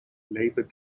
labour